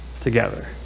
together